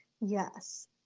Yes